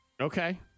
Okay